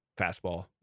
fastball